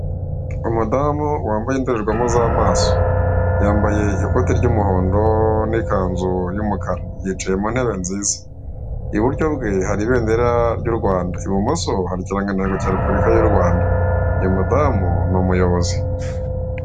Umudamu wambaye indorerwamo z'amaso yambaye ikote ry'umuhondo n'ikanzu y'umukara yicaye mu ntebe nziza, iburyo bwe hari ibendera ry'u Rwanda ibumoso hari ikirangantego cya Repubulika y'u Rwanda, uyu mudamu ni umuyobozi.